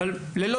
אבל ללא